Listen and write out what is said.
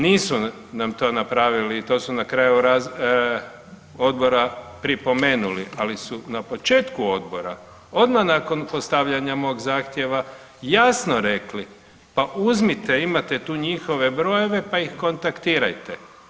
Nisu nam to napravili to su na kraju odbora pripomenuli, ali su na početku odbora odmah nakon postavljanja mog zahtjeva jasno rekli, pa uzmite imate tu njihove brojeve pa ih kontaktirajte.